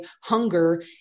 hunger